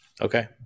Okay